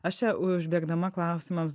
aš čia užbėgdama klausimams